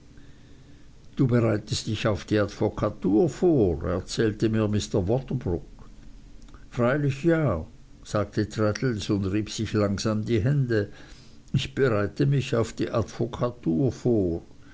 du bereitest dich auf die advokatur vor erzählte mir mr waterbrook freilich ja sagte traddles und rieb sich langsam die hände ich bereite mich auf die advokatur vor